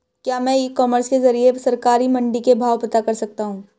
क्या मैं ecommerce के ज़रिए सरकारी मंडी के भाव पता कर सकता हूँ?